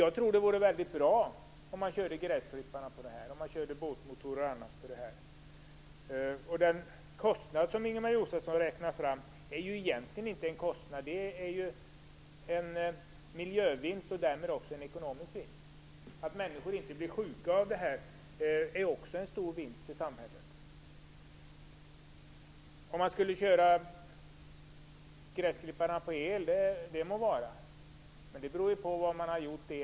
Jag tror att det vore mycket bra om man körde gräsklippare, båtmotorer osv. på detta bränsle. Den kostnad som Ingemar Josefsson räknade fram är egentligen inte någon kostnad. Det är ju en miljövinst och därmed också en ekonomisk vinst. Att människor inte blir sjuka av detta är också en stor vinst för samhället. Det må så vara att man kör gräsklipparna på el. Men man måste ju ta hänsyn till vad elen är gjord av.